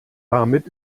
damit